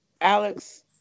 Alex